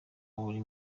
buri